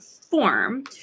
form